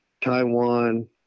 Taiwan